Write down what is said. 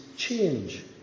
change